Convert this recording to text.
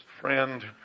friend